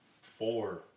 four